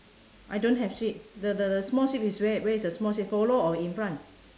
I don't have sheep the the the small sheep is where where is the small sheep follow or in front